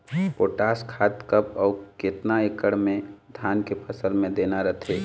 Potash खाद कब अऊ केतना एकड़ मे धान के फसल मे देना रथे?